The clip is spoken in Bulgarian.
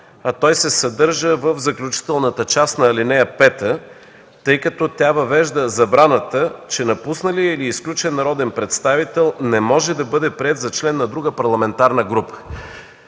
а той се съдържа в заключителната част на ал. 5, тъй като тя въвежда забраната, че напусналият или изключен народен представител не може да бъде приет за член на друга парламентарна група.